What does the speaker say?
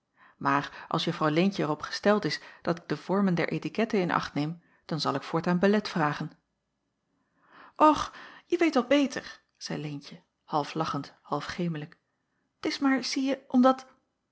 maar als juffrouw leentje er op gesteld is dat ik de vormen der etikette in acht neem dan zal ik voortaan belet vragen och je weet wel beter zeî leentje half lachend half gemelijk t is maar zieje omdat